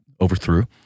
overthrew